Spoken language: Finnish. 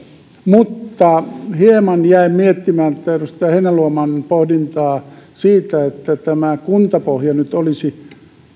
mutta hieman jäin miettimään edustaja heinäluoman pohdintaa siitä että kuntapohja nyt olisi